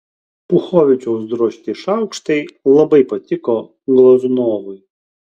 puchovičiaus drožti šaukštai labai patiko glazunovui